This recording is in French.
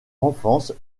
enfance